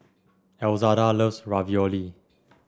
Elzada loves Ravioli